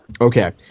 Okay